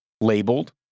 labeled